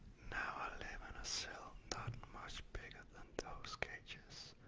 now i live in a cell not much bigger than those cages.